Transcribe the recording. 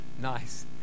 Nice